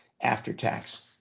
after-tax